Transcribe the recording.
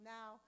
Now